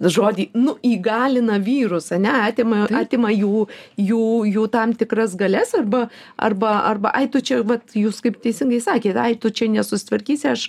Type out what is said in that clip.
žodį nu įgalina vyrus a ne atima atima jų jų jų tam tikras galias arba arba arba ai tu čia vat jūs kaip teisingai sakėt ai tu čia nesusitvarkysi aš